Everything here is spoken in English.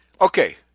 okay